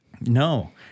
No